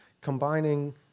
combining